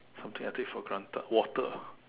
something I take for granted water